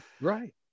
right